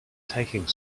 taking